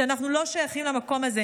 שאנחנו לא שייכים למקום הזה,